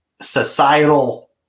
societal